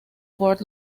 fort